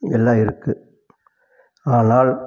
இதெல்லாம் இருக்கு ஆனால்